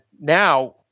now